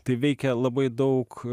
tai veikia labai daug